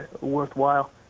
worthwhile